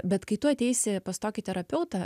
bet kai tu ateisi pas tokį terapeutą